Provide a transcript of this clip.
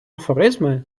афоризми